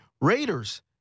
Raiders